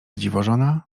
dziwożona